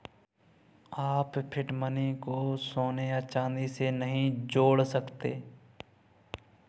आप fiat money को सोने या चांदी से नहीं जोड़ सकते